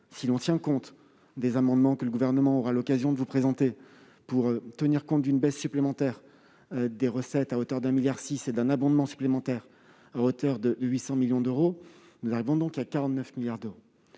si l'on intègre les amendements que le Gouvernement aura l'occasion de vous présenter pour tenir compte d'une baisse supplémentaire des recettes à hauteur de 1,6 milliard d'euros et d'un abondement supplémentaire à hauteur de 800 millions d'euros. Nous vous présenterons